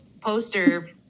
poster